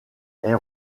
est